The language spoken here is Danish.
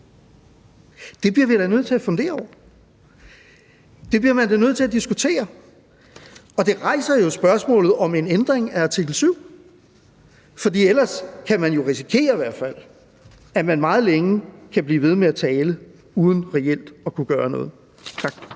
Det bliver vi da nødt til at fundere over. Det bliver man da nødt til at diskutere. Og det rejser jo spørgsmålet om en ændring af artikel 7, for ellers kan man jo i hvert fald risikere, at man meget længe kan blive ved med at tale uden reelt at kunne gøre noget. Tak.